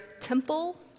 Temple